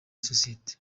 sosiyete